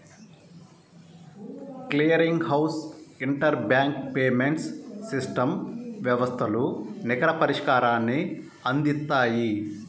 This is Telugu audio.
clearing house inter bank payments system వ్యవస్థలు నికర పరిష్కారాన్ని అందిత్తాయి